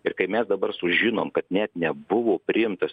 ir kai mes dabar sužinom kad net nebuvo priimtas